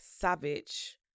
Savage